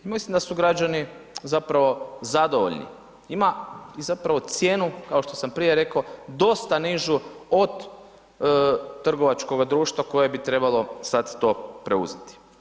Mislim da su građani zapravo zadovoljni ima i zapravo cijenu, kao što sam prije rekao dosta nižu od trgovačkoga društva koje bi trebalo sad to preuzeti.